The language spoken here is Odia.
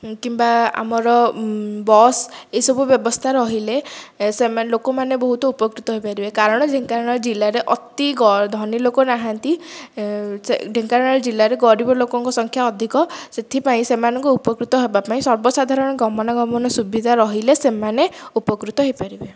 କିମ୍ବା ଆମର ବସ୍ ଏଇସବୁ ବ୍ୟବସ୍ଥା ରହିଲେ ସେମାନେ ଲୋକମାନେ ବହୁତ ଉପକୃତ ହୋଇପାରିବେ କାରଣ ଢେଙ୍କାନାଳ ଜିଲ୍ଲାରେ ଅତି ଗ ଧନୀ ଲୋକ ନାହାନ୍ତି ଢେଙ୍କାନାଳ ଜିଲ୍ଲାରେ ଗରିବ ଲୋକଙ୍କ ସଂଖ୍ୟା ଅଧିକ ସେଥିପାଇଁ ସେମାନଙ୍କ ଉପକୃତ ହେବା ପାଇଁ ସର୍ବସାଧାରଣ ଗମନାଗମନ ସୁବିଧା ରହିଲେ ସେମାନେ ଉପକୃତ ହୋଇପାରିବେ